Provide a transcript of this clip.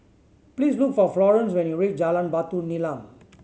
please look for Florence when you reach Jalan Batu Nilam